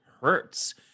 hurts